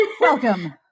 Welcome